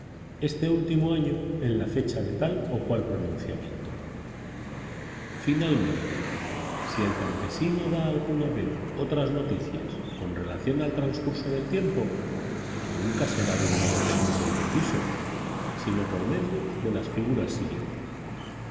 este último año en la fecha de tal o cual pronunciamiento finalmente si el campesino da alguna vez otras noticias con relación al transcurso del tiempo nunca será de un modo técnico y preciso sino por medio de las figuras siguientes